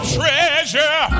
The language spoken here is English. treasure